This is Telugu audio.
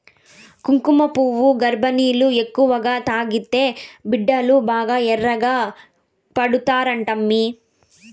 కుంకుమపువ్వు గర్భిణీలు ఎక్కువగా తాగితే బిడ్డలు బాగా ఎర్రగా పడతారంటమ్మీ